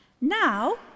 Now